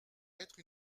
être